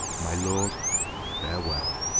my lords farewell.